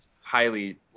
highly